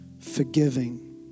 forgiving